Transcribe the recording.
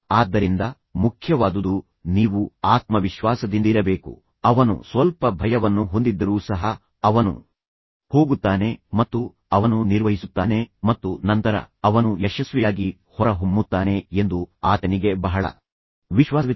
ಆದ್ದರಿಂದ ಮುಖ್ಯವಾದುದು ನೀವು ಆತ್ಮವಿಶ್ವಾಸದಿಂದಿರಬೇಕು ಅವನು ಸ್ವಲ್ಪ ಭಯವನ್ನು ಹೊಂದಿದ್ದರೂ ಸಹ ಅವನು ಹೋಗುತ್ತಾನೆ ಮತ್ತು ಅವನು ನಿರ್ವಹಿಸುತ್ತಾನೆ ಮತ್ತು ನಂತರ ಅವನು ಯಶಸ್ವಿಯಾಗಿ ಹೊರಹೊಮ್ಮುತ್ತಾನೆ ಎಂದು ಆತನಿಗೆ ಬಹಳ ವಿಶ್ವಾಸವಿತ್ತು